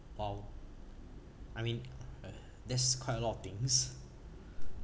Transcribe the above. !wow! I mean uh that's quite a lot of things